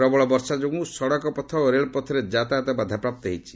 ପ୍ରବଳ ବର୍ଷା ଯୋଗୁଁ ସଡ଼କ ପଥ ଓ ରେଳପଥରେ ଯାତାୟାତ ବାଧାପ୍ରାପ୍ତ ହୋଇଛି